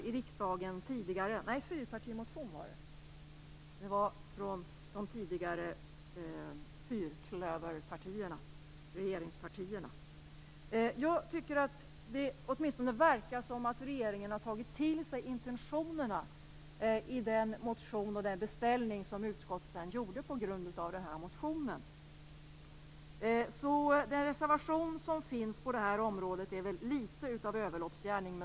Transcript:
Motionen kom från partierna i den tidigare fyrklöverregeringen. Det verkar som om regeringen har tagit till sig intentionerna i motionen och den beställning som utskottet gjorde på grundval av motionen. Den reservation som finns på detta område är litet av en överloppsgärning.